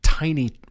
Tiny